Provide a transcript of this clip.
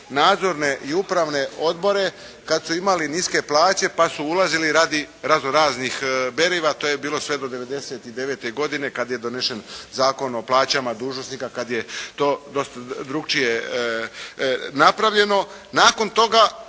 nadzorne i upravne odbore, kad su imali niske plaće pa su ulazili radi raznoraznih beriva. To je bilo sve do 1999. godine kad je donesen Zakon o plaćama dužnosnika, kad je to dosta drukčije napravljeno. Nakon toga